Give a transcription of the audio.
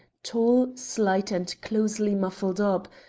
tall, slight, and closely muffled up,